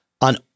on